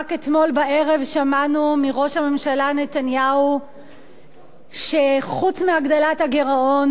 רק אתמול בערב שמענו מראש הממשלה נתניהו שחוץ מהגדלת הגירעון,